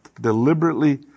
deliberately